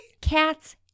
Cats